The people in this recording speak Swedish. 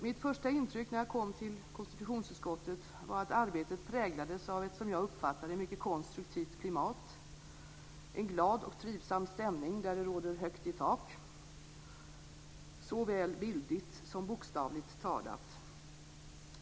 Mitt första intryck när jag kom till konstitutionsutskottet var att arbetet präglades av ett, som jag uppfattade det, mycket konstruktivt klimat och en glad och trivsam stämning där det råder högt i tak såväl bildligt som bokstavligt talat.